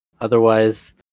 Otherwise